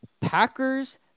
Packers